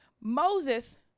Moses